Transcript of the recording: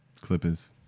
Clippers